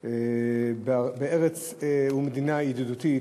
בארץ ובמדינה ידידותית,